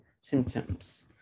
symptoms